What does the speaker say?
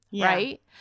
right